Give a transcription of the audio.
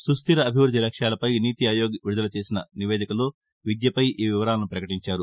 సుస్దిర అభివృద్ది లక్ష్యాలపై నీతిఆయోగ్ విడుదల చేసిన నివేదికలో విద్యపై ఈ వివరాలను పకటించారు